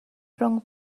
rhwng